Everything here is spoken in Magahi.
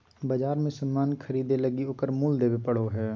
बाजार मे सामान ख़रीदे लगी ओकर मूल्य देबे पड़ो हय